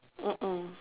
mm mm